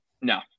No